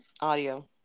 audio